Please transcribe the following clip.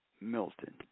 Milton